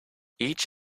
each